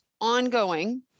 ongoing